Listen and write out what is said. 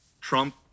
Trump